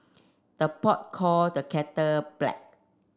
the pot call the kettle black